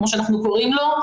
כמו שאנחנו קוראים לו,